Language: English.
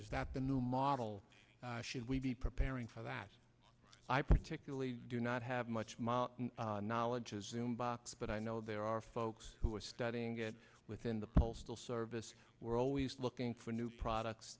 is that the new model should we be preparing for that i particularly do not have much my knowledge is him box but i know there are folks who are studying it within the postal service we're always looking for new